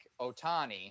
Otani